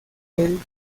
del